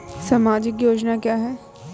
सामाजिक योजना क्या है?